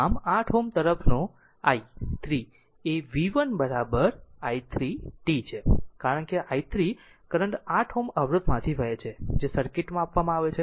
આમ 8 Ω અવરોધ તરફનો i 3 એ vt i3 t છે કારણ કે આ i3 કરંટ 8 Ω અવરોધથી વહે છે જે સર્કિટ માં આપવામાં આવે છે